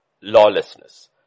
lawlessness